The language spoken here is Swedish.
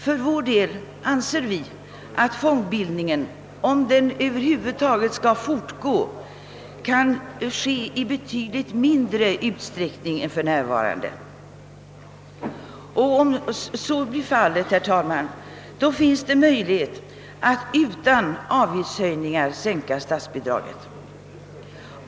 För vår del anser vi att fondbildningen, om den över huvud taget skall fortgå, kan ske i betydligt mindre utsträckning än för närvarande. Om så blir fallet, herr talman, finns det också möjlighet att utan avgiftshöjningar sänka statsbidraget.